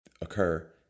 occur